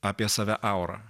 apie save aurą